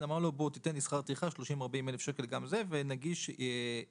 אמר לו שישלם לו שכר טרחה 40-30 אלף שקלים ונגיש ערעור,